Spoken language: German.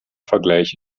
vergleich